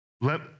Let